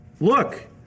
look